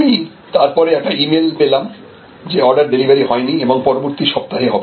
আমি তারপরে একটা ই মেইল পেলাম যে অর্ডার ডেলিভারি হয়নি এবং পরবর্তী সপ্তাহে হবে